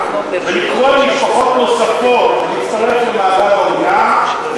ולקרוא למשפחות נוספות להצטרף למעגל האומנה.